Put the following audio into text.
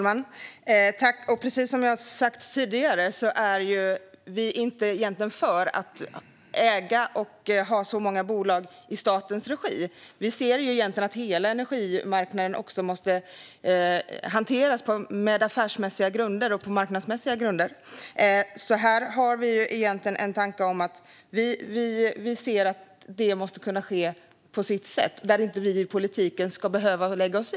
Herr talman! Precis som jag har sagt tidigare är vi inte för att äga och ha så många bolag i statens regi. Vi tycker att egentligen hela energimarknaden måste hanteras utifrån affärsmässig och marknadsmässig grund. Vi har en tanke om att detta måste ske på sitt eget sätt och att vi inom politiken inte ska behöva lägga oss i.